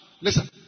listen